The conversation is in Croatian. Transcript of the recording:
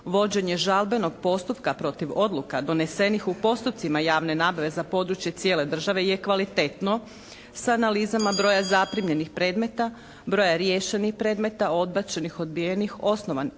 vođenje žalbenog postupka protiv odluka donesenih u postupcima javne nabave za područje cijele države je kvalitetno sa analizama broja zaprimljenih predmeta, broja riješenih predmeta, odbačenih, odbijenih, osnovanih